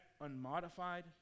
unmodified